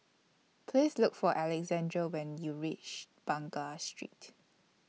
Please Look For Alexandra when YOU REACH Street